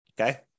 Okay